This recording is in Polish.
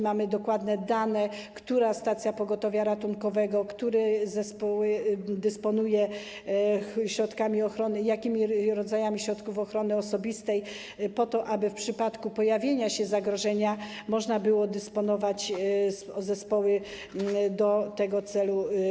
Mamy dokładne dane, która stacja pogotowia ratunkowego, który zespół dysponuje środkami ochrony, jakimi rodzajami środków ochrony osobistej dysponuje, po to aby w przypadku pojawienia się zagrożenia można było dysponować zespołami przygotowanymi do tego celu.